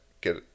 get